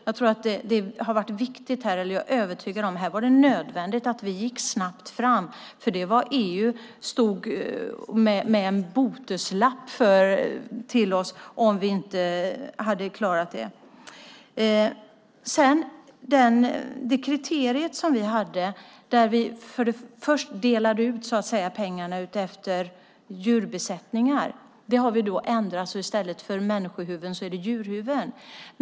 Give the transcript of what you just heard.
Jag är övertygad om att här var det nödvändigt att vi gick snabbt fram, för EU hade stått med en böteslapp till oss om vi inte hade klarat det. Det tidigare kriteriet för fördelning av pengar har vi ändrat. I stället för människohuvuden är det nu djurhuvuden.